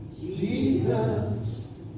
Jesus